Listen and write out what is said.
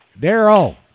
Daryl